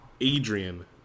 Adrian